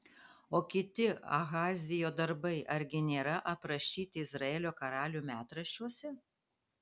o kiti ahazijo darbai argi nėra aprašyti izraelio karalių metraščiuose